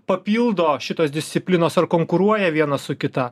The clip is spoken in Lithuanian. papildo šitos disciplinos ar konkuruoja viena su kita